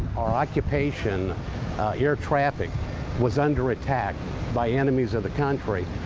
our occupation air traffic was under attack by enemies of the country.